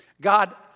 God